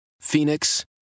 Phoenix